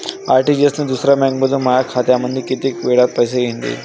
RTGS न दुसऱ्या बँकेमंधून माया बँक खात्यामंधी कितीक वेळातं पैसे येतीनं?